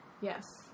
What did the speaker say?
Yes